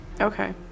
Okay